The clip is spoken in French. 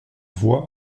voix